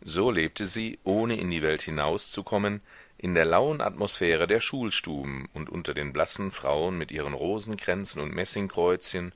so lebte sie ohne in die welt hinauszukommen in der lauen atmosphäre der schulstuben und unter den blassen frauen mit ihren rosenkränzen und messingkreuzchen